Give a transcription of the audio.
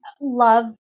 love